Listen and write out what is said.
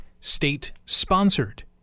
state-sponsored